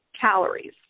calories